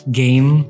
game